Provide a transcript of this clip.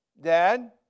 Dad